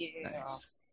Nice